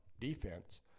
defense